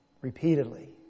repeatedly